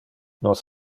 nos